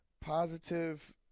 positive